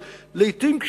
אבל לעתים,